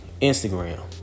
Instagram